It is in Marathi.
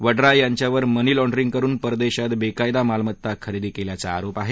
वड्रा यांच्यावर मनी लाँड्रिंग करून परदेशात वेकायदा मालमत्ता खरेदी केल्याचा आरोप आहे